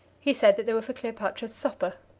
he said that they were for cleopatra's supper.